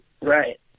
Right